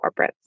corporates